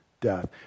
death